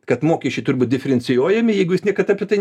kad mokesčiai turi būt diferencijuojami jeigu jis niekad apie tai